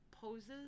poses